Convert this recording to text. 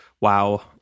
Wow